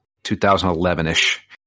2011-ish